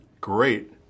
great